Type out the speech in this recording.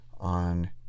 on